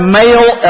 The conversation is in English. male